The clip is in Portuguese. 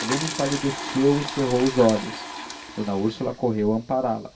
helena empalideceu e cerrou os olhos d úrsula correu a ampará la